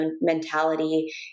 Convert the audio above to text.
mentality